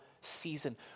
season